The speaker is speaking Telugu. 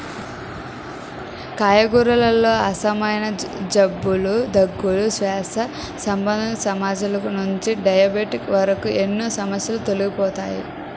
కాకరకాయలతో ఆస్తమా, జలుబు, దగ్గు, శ్వాస సంబంధిత సమస్యల నుండి డయాబెటిస్ వరకు ఎన్నో సమస్యలు తొలగిపోతాయి